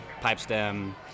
Pipestem